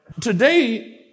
today